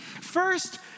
First